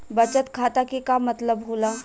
बचत खाता के का मतलब होला?